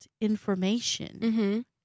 information